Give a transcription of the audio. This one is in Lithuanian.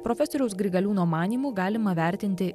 profesoriaus grigaliūno manymu galima vertinti